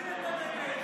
אנחנו מצילים את הנגב.